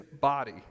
body